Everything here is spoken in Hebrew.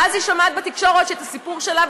ואז היא שומעת בתקשורת שאת הסיפור שלה,